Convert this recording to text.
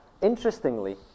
interestingly